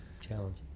challenge